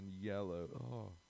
yellow